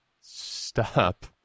stop